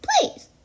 please